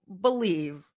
believe